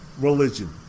religion